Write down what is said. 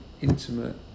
intimate